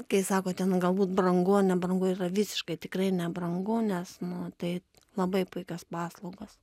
kai sako ten galbūt brangu nebrangu yra visiškai tikrai nebrangu nes nu tai labai puikios paslaugos